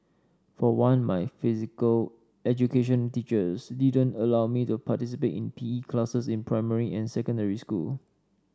for one my physical education teachers didn't allow me to participate in PE classes in primary and secondary school